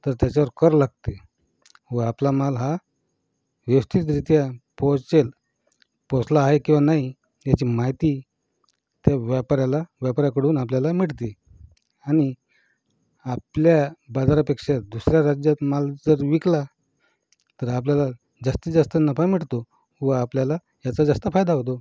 तर त्याच्यावर कर लागते व आपला माल हा व्यवस्थितरित्या पोहोचेल पोहोचला आहे किंवा नाही याची माहिती ते व्यापाऱ्याला व्यापाऱ्याकडून आपल्याला मिळते आणि आपल्या बाजारापेक्षा दुसऱ्या राज्यात माल जर विकला तर आपल्याला जास्तीत जास्त नफा मिळतो व आपल्याला याचा जास्त फायदा होतो